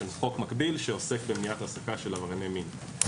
חוק מקביל שעוסק במניעת העסקה של עברייני מין.